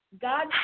God